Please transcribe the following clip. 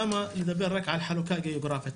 למה לדבר רק על חלוקה גאוגרפית?